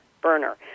burner